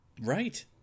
Right